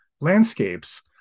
landscapes